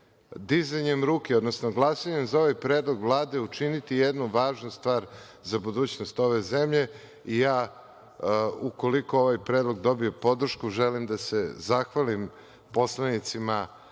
dizanjem ruke, odnosno glasanjem za ovaj predlog vlade učiniti jednu važnu stvar za budućnost ove zemlje i ja ukoliko ovaj predlog dobije podršku, želim da se zahvalim poslanicima